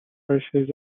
horses